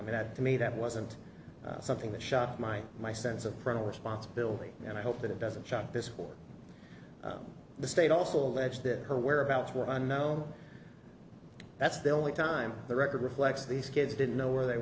mean that to me that wasn't something that shot my my sense of parental responsibility and i hope that it doesn't shock this for the state also allege that her whereabouts were unknown that's the only time the record reflects these kids didn't know where they